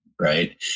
Right